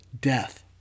death